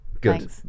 good